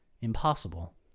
impossible